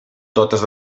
totes